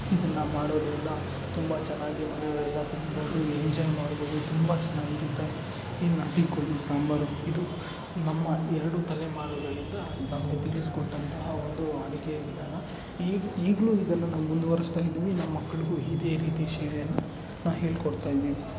ಇದನ್ನು ಮಾಡೋದರಿಂದ ತುಂಬ ತುಂಬ ಚೆನ್ನಾಗಿ ಇರುತ್ತೆ ಈ ನಾಟಿ ಕೋಳಿ ಸಾಂಬಾರು ಇದು ನಮ್ಮ ಎರಡು ತಲೆಮಾರುಗಳಿಂದ ಬಂದು ತಿಳಿಸ್ಕೊಟ್ಟಂತಹ ಒಂದು ಅಡುಗೆ ವಿಧಾನ ಈಗ ಈಗಲೂ ಇದನ್ನು ನಾವು ಮುಂದುವರೆಸ್ತಾ ಇದ್ದೀವಿ ನಮ್ಮ ಮಕ್ಕಳಿಗೂ ಇದೇ ರೀತಿ ಶೈಲಿಯನ್ನು ಹೇಳ್ಕೊಡ್ತಾ ಇದ್ದೀವಿ